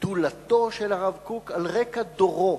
גדולתו של הרב קוק על רקע דורו,